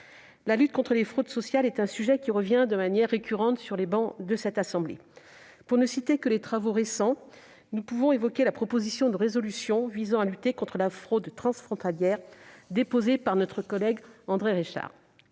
La lutte contre les fraudes sociales est un sujet qui revient de manière récurrente sur les bancs de cette assemblée. Pour ne citer que les travaux récents, nous pouvons évoquer la proposition de résolution visant à lutter contre la fraude transfrontalière, déposée par notre collègue André Reichardt